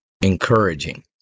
encouraging